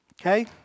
Okay